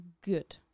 good